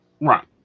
Right